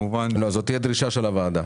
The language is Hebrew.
זאת תהיה הדרישה של הוועדה.